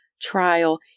trial